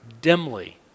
dimly